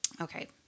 Okay